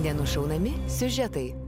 nenusiaunami siužetai